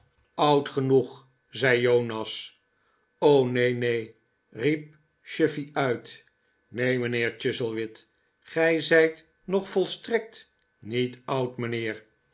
oud genoeg zei jonas neen neen riep chuffey uit neen mijnheer chuzzlewit gij zijt nog volstrekt niet oud mijnheer